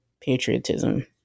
patriotism